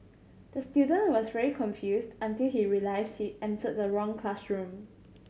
the student was very confused until he realised he entered the wrong classroom